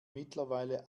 mittlerweile